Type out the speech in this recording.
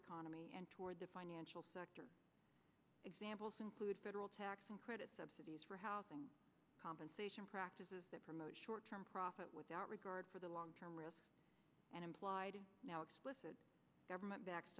economy and toward the financial sector examples include federal tax and credit subsidies for housing compensation practices that promote short term profit without regard for the long term risk and implied now explicit government backs